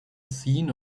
scene